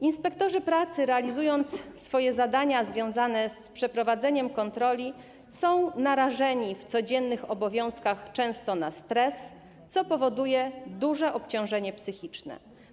Inspektorzy pracy, realizując swoje zadania związane z przeprowadzeniem kontroli, są często narażeni w codziennych obowiązkach na stres, co powoduje duże obciążenie psychiczne.